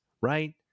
right